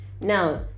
now